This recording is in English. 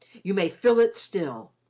you may fill it still.